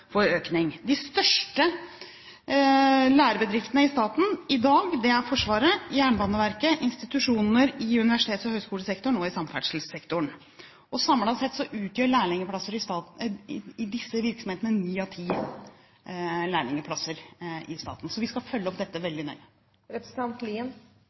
de statlige virksomhetene meldte om et potensial for økning. De største lærebedriftene i staten i dag er Forsvaret, Jernbaneverket, institusjoner i universitets- og høyskolesektoren og i samferdselssektoren, og samlet sett utgjør lærlingplasser i disse virksomhetene ni av ti lærlingplasser i staten. Vi skal følge opp dette